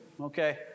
okay